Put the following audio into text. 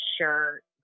shirt